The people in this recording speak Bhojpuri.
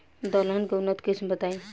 दलहन के उन्नत किस्म बताई?